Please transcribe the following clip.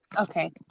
okay